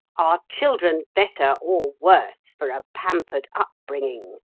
are children better or worse for a pampered upbringing?